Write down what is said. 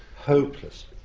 hopeless.